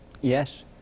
Yes